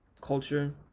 culture